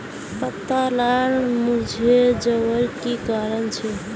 पत्ता लार मुरझे जवार की कारण छे?